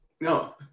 No